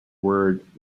word